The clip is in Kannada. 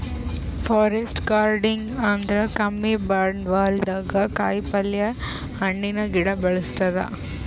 ಫಾರೆಸ್ಟ್ ಗಾರ್ಡನಿಂಗ್ ಅಂದ್ರ ಕಮ್ಮಿ ಬಂಡ್ವಾಳ್ದಾಗ್ ಕಾಯಿಪಲ್ಯ, ಹಣ್ಣಿನ್ ಗಿಡ ಬೆಳಸದು